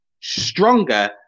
Stronger